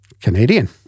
Canadian